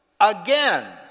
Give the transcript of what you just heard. again